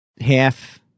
half